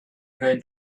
going